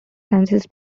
senses